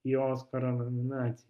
į oskaro nominaciją